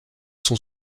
son